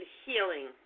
healing